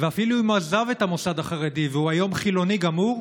ואפילו אם הוא עזב את המוסד החרדי והיום הוא חילוני גמור,